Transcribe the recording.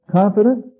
confident